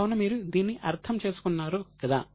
కావున మీరు దీనిని అర్థం చేసుకున్నారు కదా